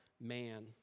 man